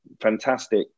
fantastic